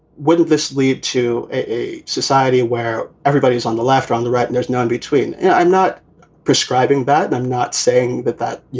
will this lead to a society where everybody is on the left or on the right and there's no in-between? yeah i'm not prescribing that. i'm not saying that that, you